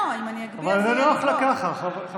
לא, אם אני אגביה זה לא, אבל נוח לה כך, חברים.